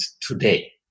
today